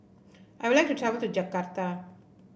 I would like to travel to Jakarta